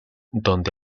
donde